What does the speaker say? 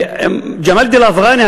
ג'מאל א-דין אל-אפגאני,